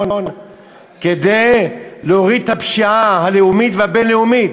כדי להוריד את הפשיעה הלאומית והבין-לאומית?